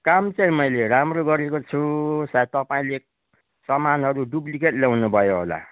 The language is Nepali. काम चाहिँ मैले राम्रो गरेको छु सायद तपाईँले सामानहरू डुप्लिकेट ल्याउनु भयो होला